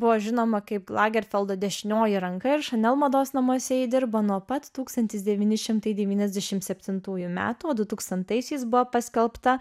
buvo žinoma kaip lagerfeldo dešinioji ranka ir chanel mados namuose ji dirba nuo pat tūkstantis devyni šimtai devyniasdešimt septintųjų metų o du tūkstantaisiais buvo paskelbta